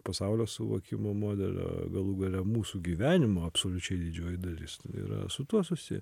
pasaulio suvokimo modelio galų gale mūsų gyvenimo absoliučiai didžioji dalis yra su tuo susiję